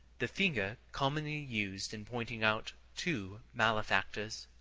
the finger commonly used in pointing out two malefactors.